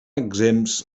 exempts